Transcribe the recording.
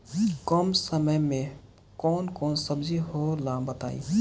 कम समय में कौन कौन सब्जी होला बताई?